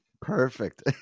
perfect